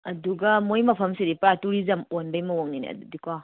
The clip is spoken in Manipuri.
ꯑꯗꯨꯒ ꯃꯈꯣꯏ ꯃꯐꯝꯁꯤꯗꯤ ꯄꯨꯔꯥ ꯇꯨꯔꯤꯖꯝ ꯑꯣꯟꯕꯒꯤ ꯃꯑꯣꯡꯅꯤꯅꯦ ꯑꯗꯨꯗꯤꯀꯣ